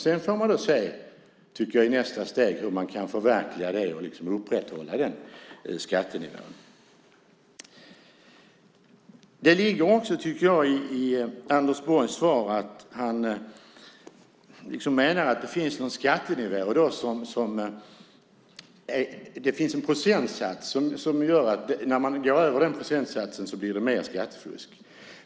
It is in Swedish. Sedan får man se, tycker jag, i nästa steg hur man kan förverkliga det och upprätthålla den skattenivån. Det ligger också, tycker jag, i Anders Borgs svar att han menar att det finns någon skattenivå och procentsats som det blir skattefusk när man går över.